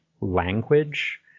language